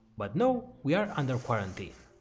but no, we are under quarantine.